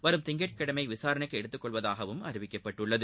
வரும் திங்கட்கிழமை விசாரணைக்கு எடுத்துக்கொள்வதாகவும் அழிவிக்கப்பட்டுள்ளது